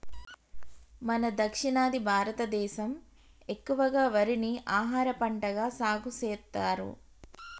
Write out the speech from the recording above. మన దక్షిణాది భారతదేసం ఎక్కువగా వరిని ఆహారపంటగా సాగుసెత్తారు